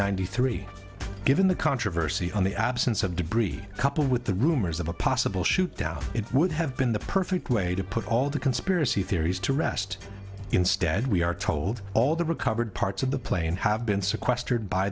ninety three given the controversy on the absence of debris coupled with the rumors of a possible shoot down it would have been the perfect way to put all the conspiracy theories to rest instead we are told all the recovered parts of the plane have been sequestered by